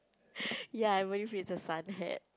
ya I believe it's a sun hat